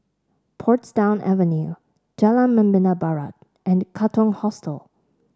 Portsdown Avenue Jalan Membina Barat and Katong Hostel